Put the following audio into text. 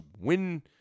win